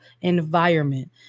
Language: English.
environment